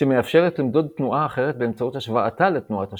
שמאפשרת למדוד תנועה אחרת באמצעות השוואתה לתנועת השעון.